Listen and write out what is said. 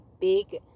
big